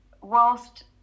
Whilst